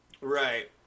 right